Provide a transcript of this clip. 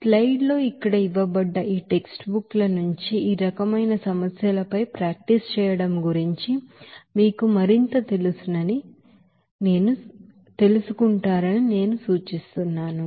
slide ల్లో ఇక్కడ ఇవ్వబడ్డ ఈ టెక్ట్స్ బుక్ ల నుంచి ఈ రకమైన సమస్యలపై ప్రాక్టీస్ చేయడం గురించి మీకు మరింత తెలుసని నేను మీకు సూచిస్తున్నాను